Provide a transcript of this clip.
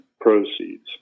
proceeds